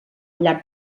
llarg